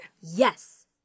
Yes